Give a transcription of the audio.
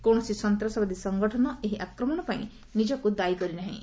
କୌଣସି ସନ୍ତାସବାଦୀ ସଙ୍ଗଠନ ଏହି ଆକ୍ରମଣ ପାଇଁ ନିଜକୁ ଦାୟୀ କରି ନାହିଁ